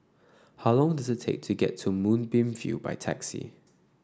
how long does it take to get to Moonbeam View by taxi